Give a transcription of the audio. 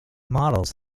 models